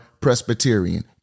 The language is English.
Presbyterian